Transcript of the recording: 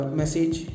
message